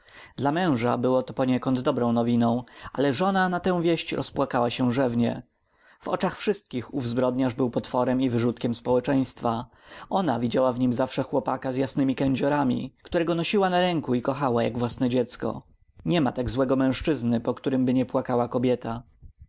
dla męża było to poniekąd dobrą nowiną ale żona na tę wieść rozpłakała się rzewnie w oczach wszystkich ów zbrodniarz był potworem i wyrzutkiem społeczeństwa ona widziała w nim zawsze chłopaka z jasnymi kędziorami którego nosiła na ręku i kochała jak własne dziecko niema tak złego mężczyzny po którymby nie płakała kobieta